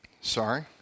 Sorry